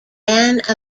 anne